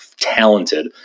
talented